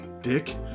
Dick